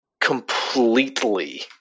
completely